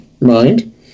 mind